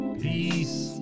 peace